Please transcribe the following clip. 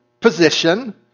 position